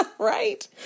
Right